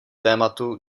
tématu